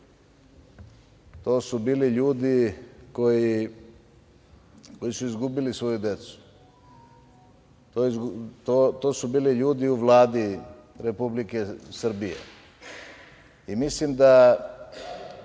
To su bili ljudi koji su izgubili svoju decu, to su bili ljudi u Vladi Republike Srbije. Mislim da